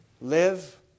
live